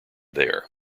there